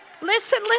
Listen